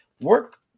work